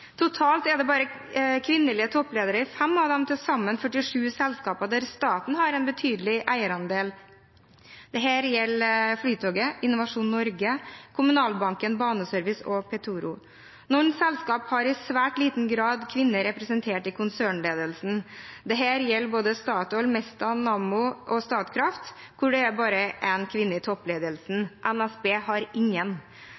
Totalt er det bare kvinnelige toppledere i 5 av de til sammen 47 selskapene der staten har en betydelig eierandel. Det gjelder Flytoget, Innovasjon Norge, Kommunalbanken, Baneservice og Petoro. Noen selskap har i svært liten grad kvinner representert i konsernledelsen. Det gjelder både Statoil, Mesta, Nammo og Statkraft, hvor det bare er én kvinne i